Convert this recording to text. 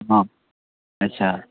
हँ अच्छा